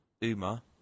Uma